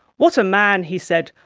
what a man he said.